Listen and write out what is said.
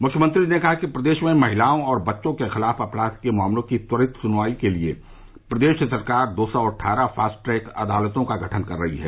मुख्यमंत्री ने कहा कि प्रदेश में महिलाओं और बच्चों के खिलाफ अपराध के मामलों की त्वरित सुनवाई के लिए प्रदेश सरकार दो सौ अठारह फास्ट ट्रैक अदालतों का गठन कर रही है